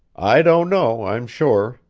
i don't know, i'm sure,